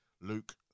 Luke